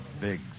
big